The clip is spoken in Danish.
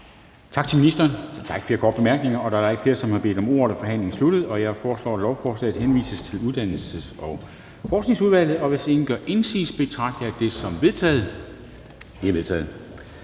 Tak til ministeren. Der er ikke flere korte bemærkninger. Da der ikke er flere, der har bedt om ordet, er forhandlingen sluttet. Jeg foreslår, at lovforslaget henvises til Børne- og Undervisningsudvalget. Hvis ingen gør indsigelse, betragter jeg dette som vedtaget. Det er vedtaget.